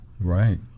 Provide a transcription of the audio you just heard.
Right